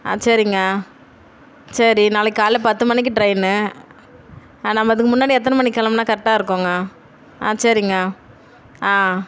ஆ சரிங்க சரி நாளைக்கு காலையில் பத்து மணிக்கு ட்ரைனு நம்ம அதுக்கு முன்னாடி எத்தனை மணிக்கு கிளம்புனா கரெக்டாக இருக்குதுங்க ஆ சரிங்க ஆ